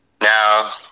Now